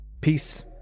Peace